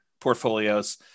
portfolios